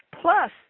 Plus